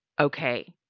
Okay